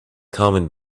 common